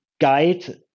guide